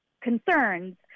concerns